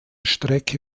strecke